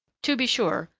to be sure,